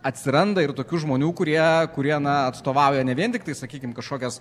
atsiranda ir tokių žmonių kurie kurie na atstovauja ne vien tiktai sakykim kažkokias